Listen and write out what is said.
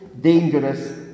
dangerous